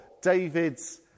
David's